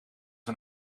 een